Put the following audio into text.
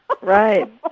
Right